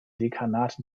dekanat